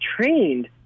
trained